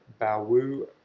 Baowu